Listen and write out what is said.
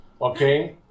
okay